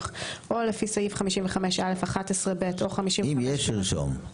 או לפי סעיף 55א11(ב)- -- אם יש ירשום.